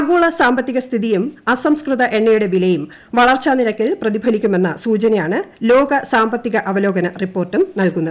ആഗ്നോള സാമ്പത്തിക സ്ഥിതിയും അസംസ്കൃത എണ്ണയുടെട്ടു വിലയും വളർച്ചാ നിരക്കിൽ പ്രതിഫലിക്കുമെന്ന സൂച്ചനയാണ് ലോക സാമ്പത്തിക അവലോകന റിപ്പോർട്ടും നൽകുന്നത്